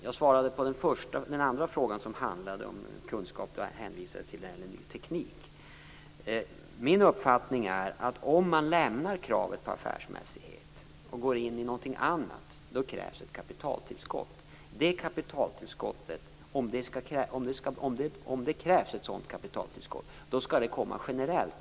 Jag svarade på den andra frågan, som handlade om kunskap, då jag hänvisade till det här som gäller ny teknik. Min uppfattning är att om man lämnar kravet på affärsmässighet och går in i något annat, krävs det ett kapitaltillskott. Om det krävs ett sådant kapitaltillskott skall det komma generellt.